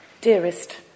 Dearest